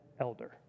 elder